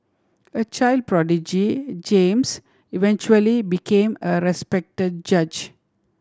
a child prodigy James eventually became a respect judge